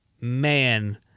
man